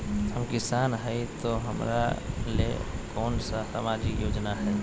हम किसान हई तो हमरा ले कोन सा सामाजिक योजना है?